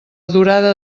durada